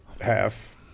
half